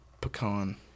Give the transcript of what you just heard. pecan